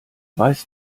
weiß